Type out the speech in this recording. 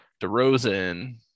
DeRozan